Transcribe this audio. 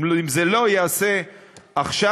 אם זה לא ייעשה עכשיו,